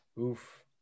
Oof